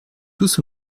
tous